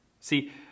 See